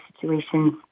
situations